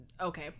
Okay